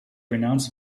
renounced